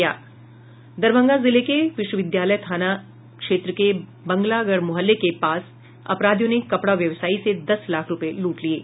दरभंगा जिले के विश्वविधालय थाना क्षेत्र के बंगलागढ़ मुहल्ला के पास अपराधियों ने कपड़ा व्यवसायी से दस लाख रुपये लूट लिये